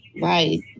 right